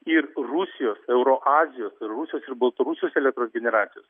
ir rusijos euroazijos ir rusijos ir baltarusijos elektros generacijos